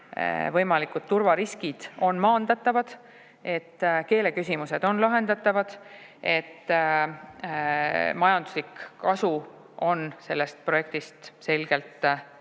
kõikvõimalikud turvariskid on maandatavad, et keeleküsimused on lahendatavad, et majanduslik kasu on sellest projektist selgelt tulemas. Igaks